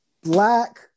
Black